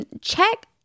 check